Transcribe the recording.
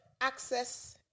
access